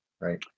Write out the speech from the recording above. right